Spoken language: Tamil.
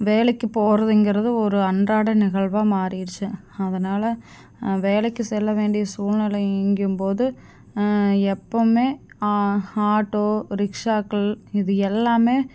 வேலைக்கு போகிறதுங்கிறது ஒரு அன்றாடய நிகழ்வாக மாறிடுச்சி அதனால வேலைக்கு செல்ல வேண்டிய சூழ்நிலைங்கும் போது எப்பவும் ஆட்டோ ரிக்ஷாக்கள் இது எல்லாம்